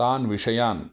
तान् विषयान्